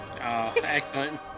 Excellent